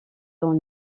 dans